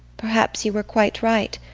perhaps you were quite right.